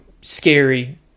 scary